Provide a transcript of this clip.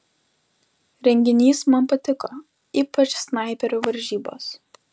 renginys man patiko ypač snaiperių varžybos